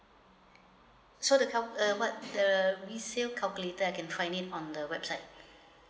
so the cal~ uh what the resale calculator I can try it on the website